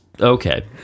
okay